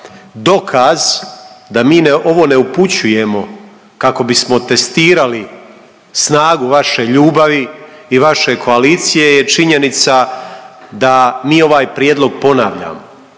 dokaz da mi ovo ne upućujemo kako bismo testirali snagu vaše ljubavi i vaše koalicije je činjenica da mi ovaj prijedlog ponavljamo.